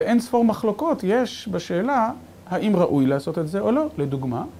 ואין ספור מחלוקות, יש בשאלה האם ראוי לעשות את זה או לא, לדוגמה.